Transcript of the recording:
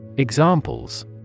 Examples